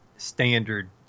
Standard